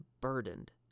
burdened